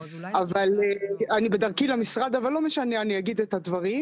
אני בדרכי למשרד ואגיד את הדברים.